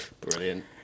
Brilliant